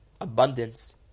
abundance